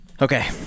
Okay